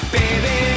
baby